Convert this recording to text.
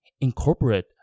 Incorporate